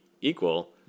equal